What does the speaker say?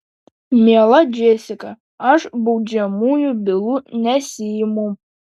miela džesika aš baudžiamųjų bylų nesiimu